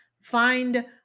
find